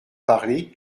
parler